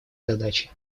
задачей